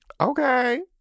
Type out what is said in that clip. okay